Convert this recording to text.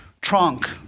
trunk